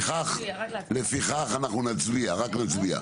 לפיכך אנחנו נצביע, רק נצביע.